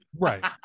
right